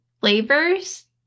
flavors